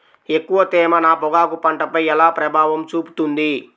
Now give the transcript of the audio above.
ఎక్కువ తేమ నా పొగాకు పంటపై ఎలా ప్రభావం చూపుతుంది?